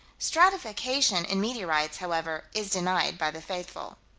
stratification in meteorites, however, is denied by the faithful.